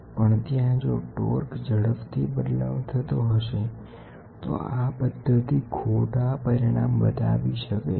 પણ ત્યાં જો ટોર્ક ઝડપથી બદલાવ થતો હશે તો આ પદ્ધતિ ખોટા પરિણામ બતાવી શકે છે